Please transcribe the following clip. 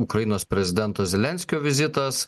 ukrainos prezidento zelenskio vizitas